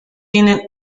tienen